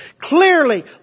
Clearly